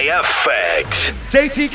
effect